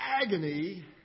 agony